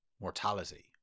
mortality